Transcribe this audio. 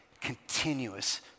continuous